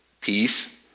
peace